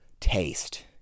taste